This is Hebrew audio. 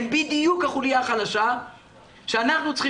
הם בדיוק החוליה החלשה שאנחנו צריכים